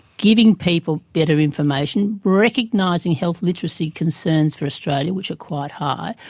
giving people better information, recognising health literacy concerns for australia, which are quite high,